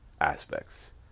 aspects